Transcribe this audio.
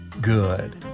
Good